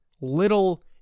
little